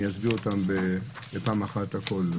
אסביר בפעם אחת הכול.